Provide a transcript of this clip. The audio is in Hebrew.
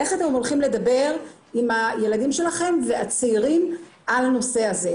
איך אתם הולכים לדבר עם הילדים שלכם הצעירים על הנושא הזה.